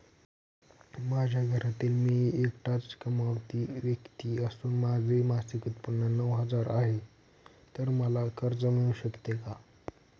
माझ्या घरातील मी एकटाच कमावती व्यक्ती असून माझे मासिक उत्त्पन्न नऊ हजार आहे, तर मला कर्ज मिळू शकते का?